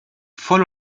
voll